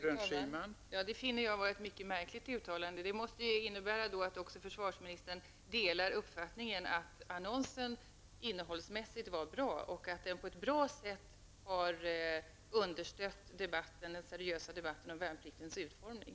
Fru talman! Detta finner jag vara ett mycket märkligt uttalande. Det måste innebära att också försvarsministern delar uppfattningen att annonsen innehållsmässigt var bra och att den på ett bra sätt har understött den seriösa debatten om värnpliktens utformning.